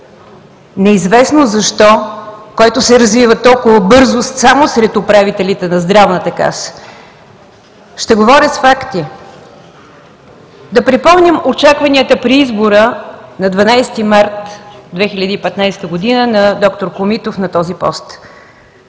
неизвестно защо, който се развива толкова бързо само сред управителите на Здравната каса. Ще говоря с факти. Да припомним очакванията при избора на 12 март 2015 г. на д-р Комитов на този пост.